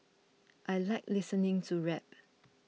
I like listening to rap